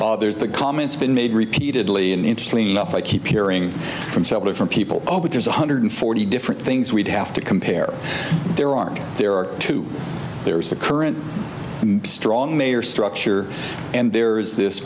cost there's the comments been made repeatedly and interesting enough i keep hearing from several different people but there's one hundred forty different things we'd have to compare there are there are two there is a current strong mayor structure and there is this